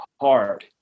hard